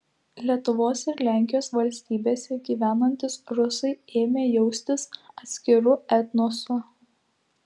lietuvos ir lenkijos valstybėse gyvenantys rusai ėmė jaustis atskiru etnosu